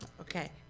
okay